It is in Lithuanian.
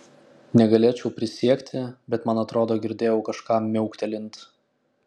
negalėčiau prisiekti bet man atrodo girdėjau kažką miauktelint